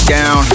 Down